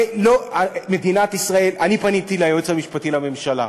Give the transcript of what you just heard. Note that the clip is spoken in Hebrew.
אני פניתי ליועץ המשפטי לממשלה